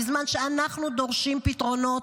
בזמן שאנחנו דורשים פתרונות,